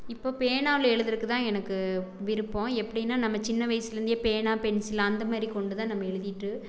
இப்போ பேனாவில் எழுதறக்குதான் எனக்கு விருப்பம் எப்படின்னா நம்ம சின்ன வயதுலேருந்தே பேனா பென்சில் அந்த மாதிரி கொண்டுதான் நம்ம எழுதிகிட்டு